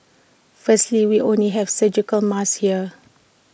firstly we only have surgical masks here